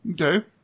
Okay